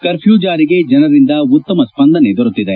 curfew ಜಾರಿಗೆ ಜನರಿಂದ ಉತ್ತಮ ಸ್ಪಂದನೆ ದೊರೆತಿದೆ